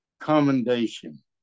commendation